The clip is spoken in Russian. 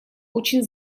очень